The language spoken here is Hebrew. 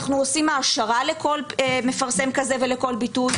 אנחנו עושים העשרה לכל מפרסם כזה ולכל ביטוי.